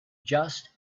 just